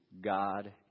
God